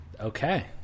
Okay